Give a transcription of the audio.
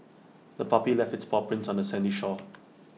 the puppy left its paw prints on the sandy shore